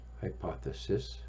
hypothesis